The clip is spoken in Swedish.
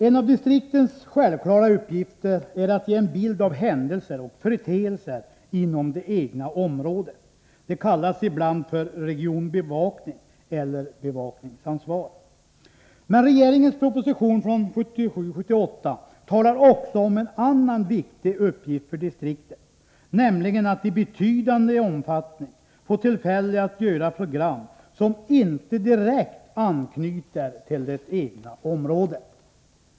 En av distriktens självklara uppgifter är att ge en bild av händelser och företeelser inom det egna området. Detta kallas ibland för regionbevakning eller bevakningsansvar. Men regeringens proposition från 1977/78 talar också om en annan viktig uppgift för distrikten, nämligen att de i betydande omfattning skall få tillfälle att göra program som inte direkt anknyter till det egna området.